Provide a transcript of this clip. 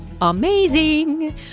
amazing